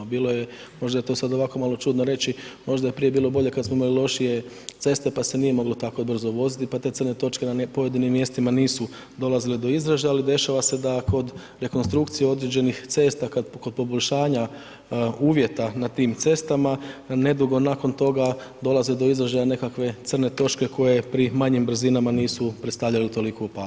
Bilo je, možda je to sad ovako malo čudno reći, možda je prije bilo bolje kad smo imali lošije ceste, pa se nije moglo tako brzo voziti, pa te crne točke na pojedinim mjestima nisu dolazile do izražaja, ali dešava se da kod rekonstrukcije određenih cesta kad kod poboljšanja uvjeta na tim cestama nedugo nakon toga dolaze do izražaja nekakve crne točke koje pri manjim brzinama nisu predstavljale toliku opasnost.